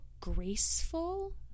graceful